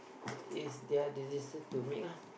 it's their decision to make ah